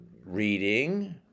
reading